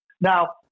Now